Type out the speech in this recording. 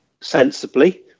sensibly